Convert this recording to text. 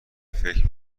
فکر